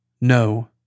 No